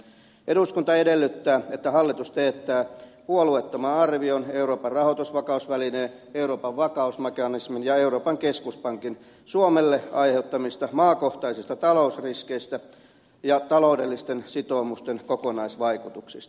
eduskunta edellyttää että hallitus teettää puolueettoman arvion euroopan rahoitusvakausvälineen euroopan vakausmekanismin ja euroopan keskuspankin suomelle aiheuttamista maakohtaisista talousriskeistä ja taloudellisten sitoumusten kokonaisvaikutuksista